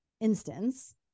instance